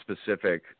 specific